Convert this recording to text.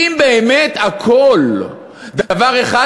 אם באמת הכול דבר אחד,